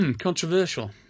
Controversial